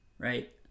Right